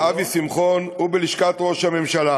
אבל אבי שמחון, הוא בלשכת ראש הממשלה.